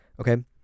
Okay